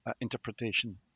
interpretation